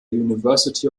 university